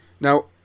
Now